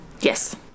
yes